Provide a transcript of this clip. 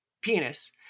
penis